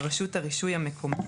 רשות הרישוי המקומית,